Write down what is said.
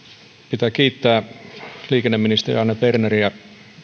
pitää kiittää liikenneministeri anne berneriä